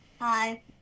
Hi